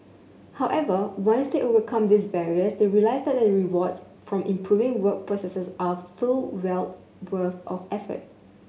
however once they overcome these barriers they realise that the rewards from improving work processes are full well worth of